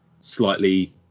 slightly